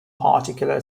particular